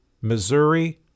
Missouri